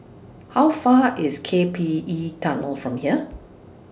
How Far IS K P E Tunnel from here